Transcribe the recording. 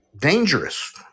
dangerous